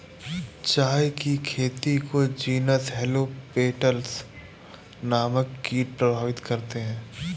चाय की खेती को जीनस हेलो पेटल्स नामक कीट प्रभावित करते हैं